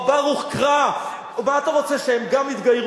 או ברוך קרא: מה אתה רוצה, שהם גם יתגיירו?